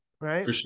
right